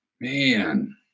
Man